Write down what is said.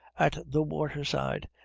at the waterside,